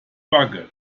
backe